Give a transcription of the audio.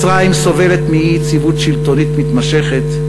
מצרים סובלת מאי-יציבות שלטונית מתמשכת,